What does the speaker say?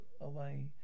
away